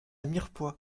mirepoix